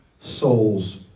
souls